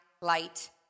light